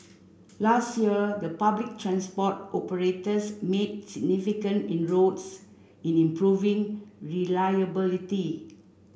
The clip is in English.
last year the public transport operators made significant inroads in improving reliability